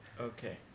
Okay